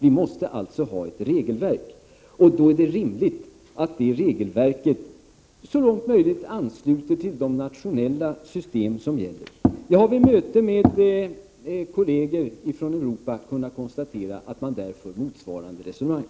Vi måste alltså ett regelverk, och då är det rimligt att det regelverket så långt det är möjligt ansluter sig till de nationella system som gäller. Jag har vid samtal med kolleger i Europa kunnat konstatera att de för motsvarande resonemang.